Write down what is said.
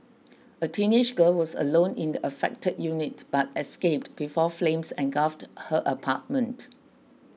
a teenage girl was alone in the affected unit but escaped before flames engulfed her apartment